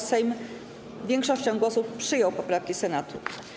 Sejm większością głosów przyjął poprawki Senatu.